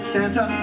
Santa